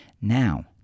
Now